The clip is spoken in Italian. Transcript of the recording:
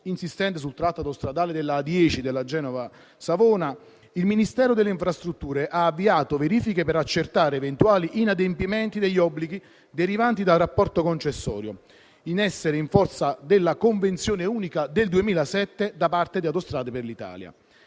insistente sul tratto autostradale della A10 Genova-Savona, il Ministero delle infrastrutture ha avviato verifiche per accertare eventuali inadempimenti degli obblighi derivanti dal rapporto concessorio in essere in forza della convenzione unica del 2007 da parte di Autostrade per l'Italia.